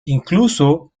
incluso